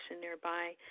nearby